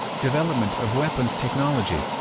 development of weapons technology